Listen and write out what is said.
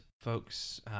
folks